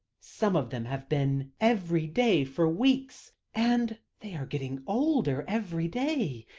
some of them have been every day for weeks, and they are getting older every day.